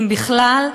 אם בכלל.